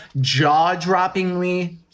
jaw-droppingly